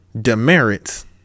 demerits